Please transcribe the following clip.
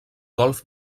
golf